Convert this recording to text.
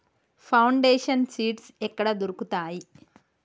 Foundation seeds ఎక్కడ దొరుకుతాయి?